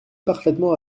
parfaitement